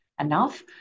enough